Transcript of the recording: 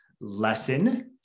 lesson